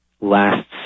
last